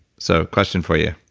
so question for you.